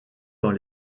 dans